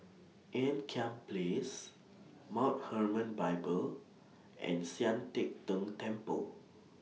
Ean Kiam Place Mount Hermon Bible and Sian Teck Tng Temple